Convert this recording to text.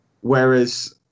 Whereas